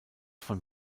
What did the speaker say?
von